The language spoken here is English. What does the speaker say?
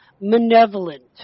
malevolent